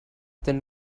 then